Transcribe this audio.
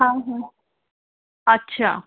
हा अच्छा